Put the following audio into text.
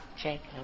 Jacob